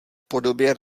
podobě